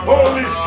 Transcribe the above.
Holy